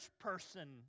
person